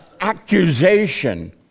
accusation